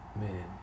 Man